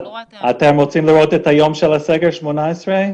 אתם רוצים לראות את היום של הסגר, ה-18?